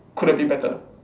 could have been better